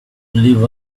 leave